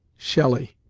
shelley,